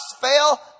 fail